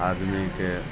आदमीकेँ